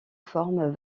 formes